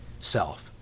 self